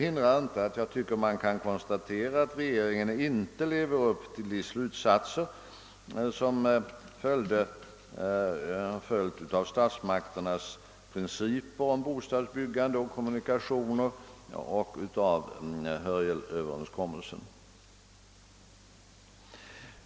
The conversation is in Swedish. Vi kan alltså nu konstatera, att regeringen inte lever upp till de slutsatser som är en följd av statsmakternas princip rörande bostadsbyggande och kommunikationer samt av Hörjelöverenskommelsen.